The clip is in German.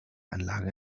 anlage